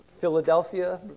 Philadelphia